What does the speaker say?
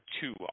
two